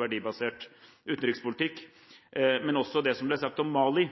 verdibasert utenrikspolitikk, og om det som ble sagt om Mali.